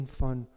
van